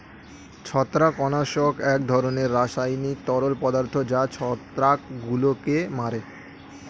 ছত্রাকনাশক এক ধরনের রাসায়নিক তরল পদার্থ যা ছত্রাকগুলোকে মারে